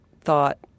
thought